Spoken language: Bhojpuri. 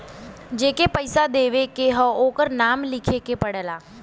जेके पइसा देवे के हौ ओकर नाम लिखे के पड़ला